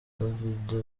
davido